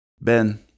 Ben